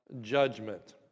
judgment